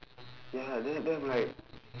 ya then then I'm like